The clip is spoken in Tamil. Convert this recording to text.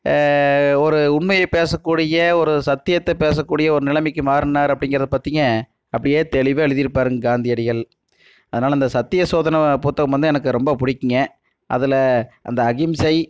ஒரு உண்மையை பேசக்கூடிய ஒரு சத்தியத்தை பேசக்கூடிய ஒரு நிலைமைக்கு மாறினார் அப்படிங்கிறத பற்றிங்க அப்படியே தெளிவாக எழுதியிருப்பாருங்க காந்தியடிகள் அதனால் அந்த சத்திய சோதன புத்தகம் வந்து எனக்கு ரொம்ப பிடிக்குங்க அதில் அந்த அகிம்சை